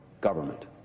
government